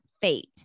fate